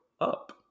up